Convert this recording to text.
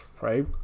Right